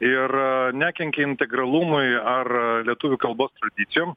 ir nekenkia integralumui ar lietuvių kalbos tradicijom